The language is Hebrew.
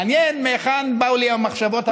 מעניין מהיכן באו לי המחשבות הללו,